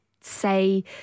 say